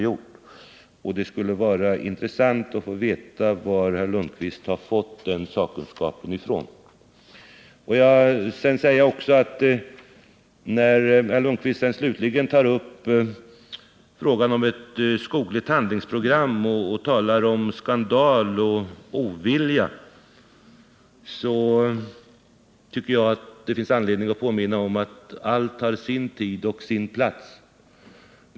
Det skulle därför vara intressant att få veta var herr Lundkvist har fått sin sakkunskap ifrån. Får jag sedan också säga att jag, när herr Lundkvist slutligen tar upp frågan om ett skogligt handlingsprogram och talar om skandal och ovilja, tycker det finns anledning att påminna om att allt har sin tid och sin plats.